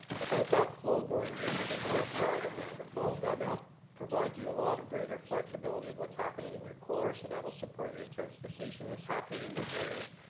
without that flow going in to the north side of niagara falls that now provides you a lot of greater flexibility of what's happening in your core, so that'll support your intensification that's happening in those areas,